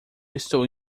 estou